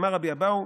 אמר רבי אבהו,